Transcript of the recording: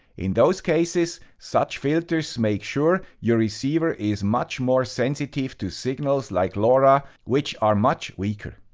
in those cases, such filters make sure your receiver is much more sensitive to signals like lora, which are much weaker.